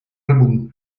álbum